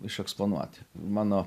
išeksponuoti mano